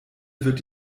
wird